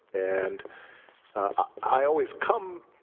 and i always come,